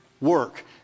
work